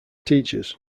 teachers